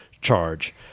charge